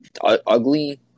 ugly